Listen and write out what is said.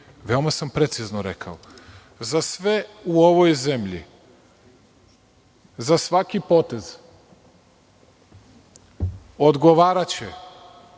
veoma sam precizno rekao – za sve u ovoj zemlji, za svaki potez odgovaraće